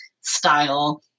style